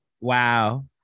wow